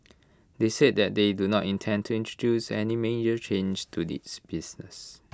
they said that they do not intend to introduce any major changes to its business